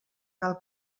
cal